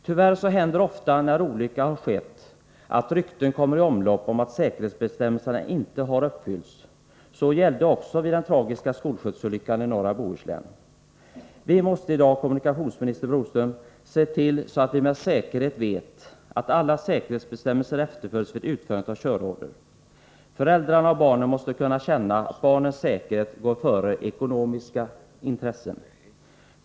Tyvärr händer det ofta när en olycka har skett att rykten kommer i omlopp om att säkerhetsbestämmelserna inte har uppfyllts. Så gällde också vid den tragiska skolskjutsolyckan i norra Bohuslän. Vi måste i dag, kommunika tionsminister Boström, se till att vi har visshet om att alla säkerhetsbestämmelser efterföljs vid utförandet av körorder. Föräldrarna och barnen måste kunna känna att barnens säkerhet går före ekonomiska intressen.